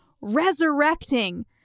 resurrecting